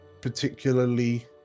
particularly